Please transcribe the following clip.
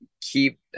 keep